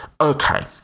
Okay